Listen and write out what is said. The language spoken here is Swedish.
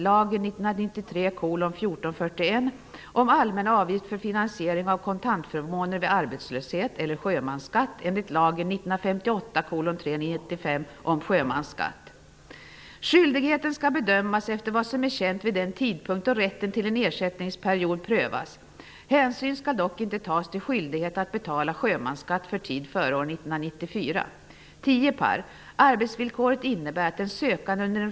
Jag hänvisar härvid till 60 % av lönen och finansieras av arbetsgivarna, arbetstagarna och staten med en tredjedel vardera. Dessa avgifter fastställs en gång om året baserat på försäkringens kostnader föregående år. För skydd upp till 80 % av lönen eller högst sju och ett halvt basbelopp tecknar arbetsgivaren en obligatorisk sparförsäkring.